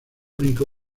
único